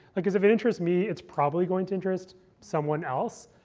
because if it interests me, it's probably going to interest someone else.